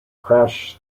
crash